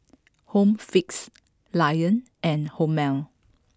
home fix lion and Hormel